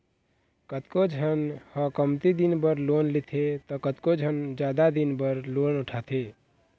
कतको झन ह कमती दिन बर लोन लेथे त कतको झन जादा दिन बर लोन उठाथे